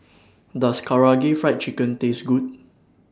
Does Karaage Fried Chicken Taste Good